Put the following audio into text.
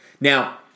Now